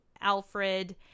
Alfred